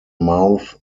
mouth